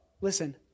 listen